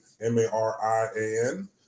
m-a-r-i-a-n